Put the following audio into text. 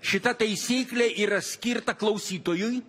šita taisyklė yra skirta klausytojui